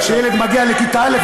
כשילד מגיע לכיתה א',